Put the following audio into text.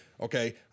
Okay